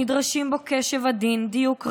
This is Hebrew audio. נדרשים בו קשב עדין, דיוק רב,